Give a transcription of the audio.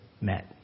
met